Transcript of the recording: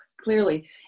clearly